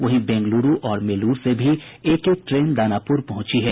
वहीं बेंगलुरू और मेलूर से भी एक एक ट्रेन दानापूर पहुंची है